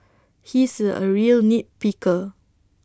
he is A real nit picker